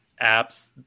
apps